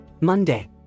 Monday